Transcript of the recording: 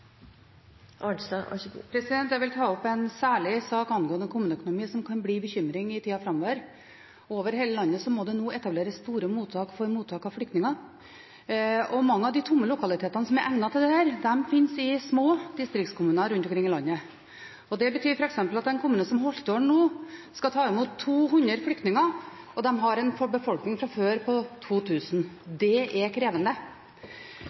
Arnstad – til siste oppfølgingsspørsmål. Jeg vil ta opp en særlig sak angående kommuneøkonomi som kan bli til bekymring i tida framover. Over hele landet må det nå etableres store mottak for flyktninger. Mange av de tomme lokalitetene som er egnet til dette, finnes i små distriktskommuner rundt omkring i landet. Det betyr f.eks. at en kommune som Holtålen nå skal ta imot 200 flyktninger, og de har en befolkning fra før på 2 000. Det er krevende.